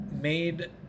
made